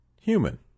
human